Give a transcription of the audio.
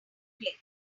click